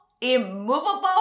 immovable